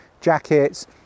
jackets